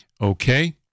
Okay